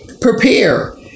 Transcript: Prepare